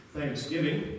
Thanksgiving